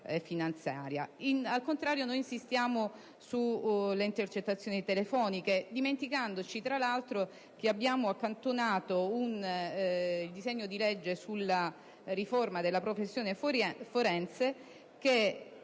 Al contrario, insistiamo sulle intercettazioni telefoniche dimenticandoci, tra l'altro, che abbiamo accantonato un disegno di legge sulla riforma della professione forense, che